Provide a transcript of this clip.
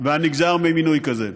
והנגזר ממינוי כזה.